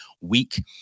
week